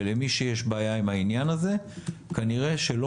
ולמי שיש בעיה עם העניין הזה כנראה שלא